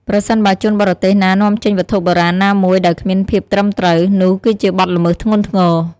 ប្រសិនបើជនបរទេសណានាំចេញវត្ថុបុរាណណាមួយដោយគ្មានភាពត្រឹមត្រូវ នោះគឺជាបទល្មើសធ្ងន់ធ្ងរ។